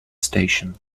station